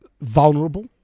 vulnerable